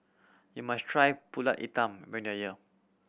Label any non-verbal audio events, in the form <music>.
you must try Pulut Hitam <unintelligible>